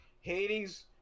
hades